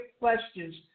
questions